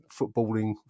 footballing